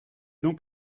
donc